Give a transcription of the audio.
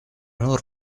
nur